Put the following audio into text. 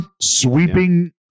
sweeping